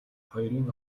хоёрын